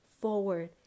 forward